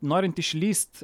norint išlįst